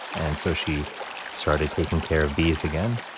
and so she started taking care of bees again.